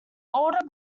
older